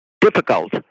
difficult